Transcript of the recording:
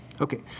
Okay